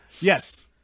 Yes